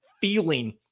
feeling